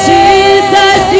Jesus